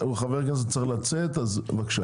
חבר כנסת צריך לצאת, אז בבקשה.